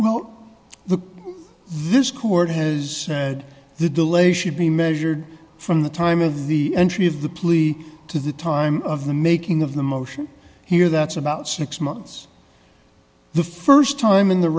the this court has said the delay should be measured from the time of the entry of the plea to the time of the making of the motion here that's about six months the st time in the